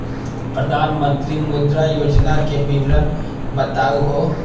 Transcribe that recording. प्रधानमंत्री मुद्रा योजना के विवरण बताहु हो?